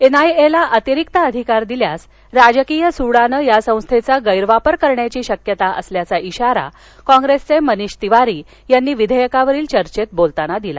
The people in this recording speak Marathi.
एनआयएला अतिरिक्त अधिकार दिल्यास राजकीय सुडाने या संस्थेचा गैरवापर करण्याची शक्यता असल्याचा इशारा काँग्रेसचे मनिष तिवारी यांनी विधेयकावरील चर्चेत बोलताना दिला